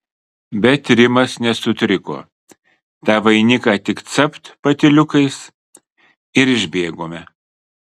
bet rimas nesutriko tą vainiką tik capt patyliukais ir išbėgome